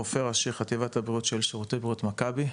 רופא ראשי חטיבת הבריאות של שירותי בריאות מכבי,